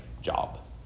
job